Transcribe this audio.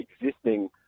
existing